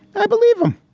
i believe him.